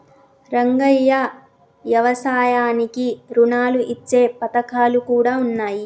రంగయ్య యవసాయానికి రుణాలు ఇచ్చే పథకాలు కూడా ఉన్నాయి